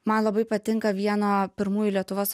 man labai patinka vieno pirmųjų lietuvos